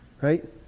Right